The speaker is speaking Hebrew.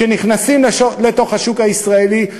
שנכנסים לתוך השוק הישראלי,